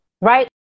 right